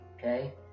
Okay